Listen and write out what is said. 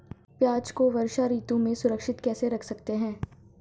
प्याज़ को वर्षा ऋतु में सुरक्षित कैसे रख सकते हैं?